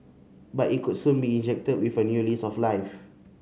but it could soon be injected with a new lease of life